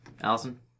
Allison